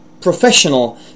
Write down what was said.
professional